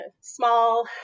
small